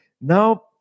Now